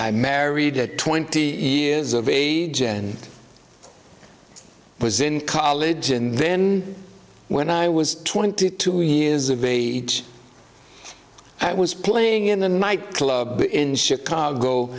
i married at twenty years of age and was in college and then when i was twenty two years of age i was playing in a my club in chicago